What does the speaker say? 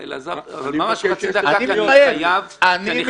אלעזר, אבל ממש חצי דקה, כי אני חייב לסגור.